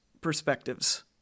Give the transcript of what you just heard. perspectives